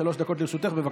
שלוש דקות לרשותך, בבקשה.